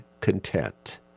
content